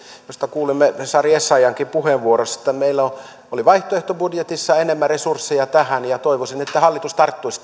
joista kuulimme sari essayahnkin puheenvuorossa meillä oli vaihtoehtobudjetissa enemmän resursseja tähän ja toivoisin että hallitus tarttuisi